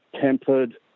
tempered